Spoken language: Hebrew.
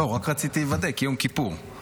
רק רציתי לוודא כי יום כיפור.